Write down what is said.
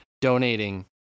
donating